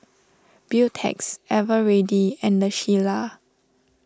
Beautex Eveready and the Shilla